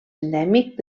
endèmic